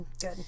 good